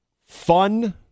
fun